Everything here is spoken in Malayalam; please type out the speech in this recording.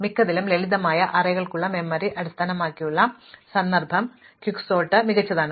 മിക്കതിലും ലളിതമായ അറേകൾക്കുള്ള മെമ്മറി അടിസ്ഥാനമാക്കിയുള്ള സന്ദർഭം ദ്രുത അടുക്കൽ മികച്ചതാണ്